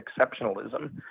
exceptionalism